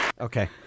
Okay